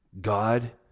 God